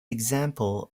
example